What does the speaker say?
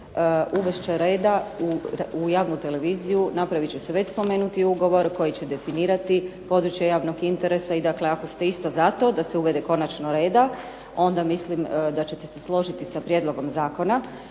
uvest će reda u javnu televiziju, napraviti će se već spomenuti ugovor koji će definirati područje javnog interesa, dakle ako ste isto ta to da se uvede konačno reda onda mislim da ćete se složiti da Prijedlogom zakona